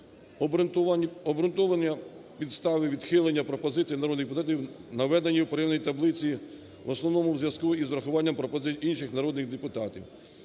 Обґрунтування підстави відхилення пропозицій народних депутатів наведені в порівняльній таблиці в основному в зв'язку із врахуванням пропозицій інших народних депутатів.